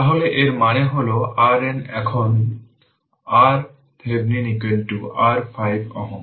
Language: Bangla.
তাহলে এটা হল 20 ভোল্ট তাহলে 20120 হল 16 অ্যাম্পিয়ার